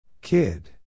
Kid